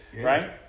Right